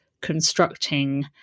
constructing